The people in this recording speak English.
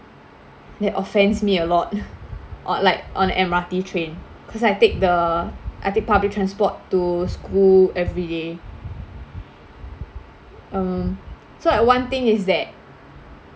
that offends me a lot or like on M_R_T train cause I take the I take public transport to school everyday um so like one thing is that